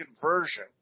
conversion